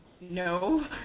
No